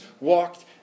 walked